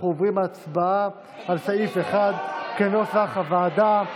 אנחנו עוברים להצבעה על סעיף 1, כנוסח הוועדה.